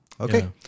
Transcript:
Okay